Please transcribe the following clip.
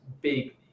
big